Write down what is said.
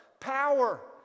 power